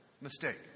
mistake